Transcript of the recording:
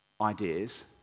ideas